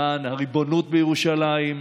למען הריבונות בירושלים,